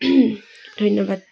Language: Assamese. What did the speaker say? ধন্যবাদ